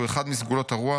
שהוא אחד מסגולות הרוח,